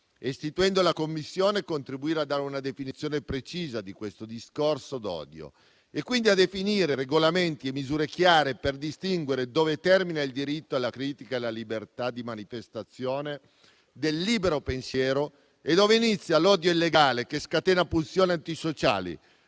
Istituendo la Commissione, dobbiamo contribuire a dare una definizione precisa del discorso d'odio e quindi a definire regolamenti e misure chiare per distinguere dove terminano il diritto alla critica e alla manifestazione del libero pensiero e dove inizia l'odio illegale, che scatena pulsioni antisociali.